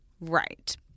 right